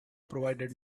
provided